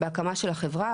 בהקמה של החברה.